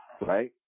right